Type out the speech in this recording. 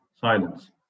silence